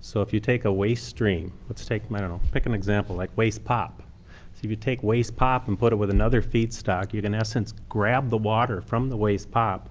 so if you take a waste stream let's take, i don't know, pick an example like waste pop. if you take waste pop and put it with another feedstock you can in essence grab the water from the waste pop,